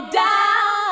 down